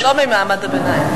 שהוא לא ממעמד הביניים.